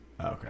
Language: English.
Okay